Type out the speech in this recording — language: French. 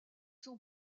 son